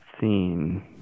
scene